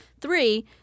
Three